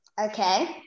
Okay